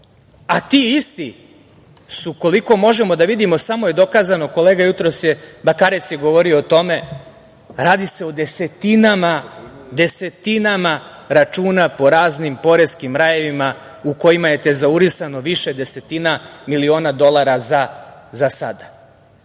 isti su, koliko možemo da vidimo, samo je dokazano, kolega Bakarec je jutros govorio o tome, radi se o desetinama računa po raznim poreskim rajevima u kojima je tezaurisano više desetina miliona dolara za sada. Mi